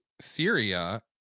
Syria